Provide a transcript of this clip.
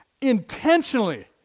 intentionally